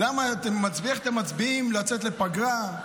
איך אתם מצביעים על יציאה לפגרה,